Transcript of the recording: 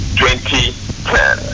2010